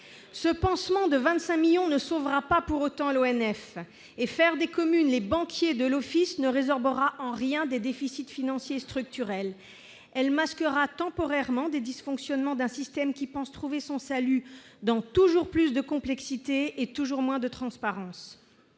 Ce pansement de 25 millions d'euros ne sauvera pas pour autant l'ONF. Faire des communes les banquiers de l'Office ne résorbera en rien des déficits financiers structurels. Cela masquera temporairement les dysfonctionnements d'un système qui pense trouver son salut dans toujours plus de complexité et toujours moins de transparence.